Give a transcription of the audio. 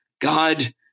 God